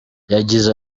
yagize